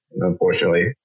unfortunately